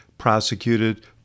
Prosecuted